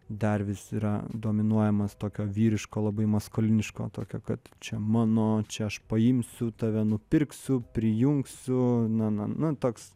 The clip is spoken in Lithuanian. dar vis yra dominuojamas tokio vyriško labai maskuliniško tokio kad čia mano čia aš paimsiu tave nupirksiu prijungsiu na na na toks